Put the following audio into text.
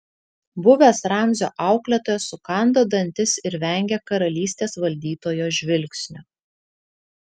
buvęs ramzio auklėtojas sukando dantis ir vengė karalystės valdytojo žvilgsnio